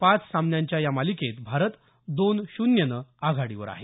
पाच सामन्यांच्या मालिकेत भारत दोन शून्यनं आघाडीवर आहे